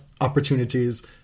opportunities